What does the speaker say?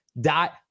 dot